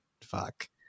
Fuck